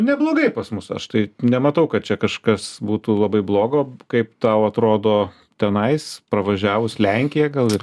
neblogai pas mus aš tai nematau kad čia kažkas būtų labai blogo kaip tau atrodo tenais pravažiavus lenkiją gal ir